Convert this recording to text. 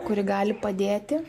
kuri gali padėti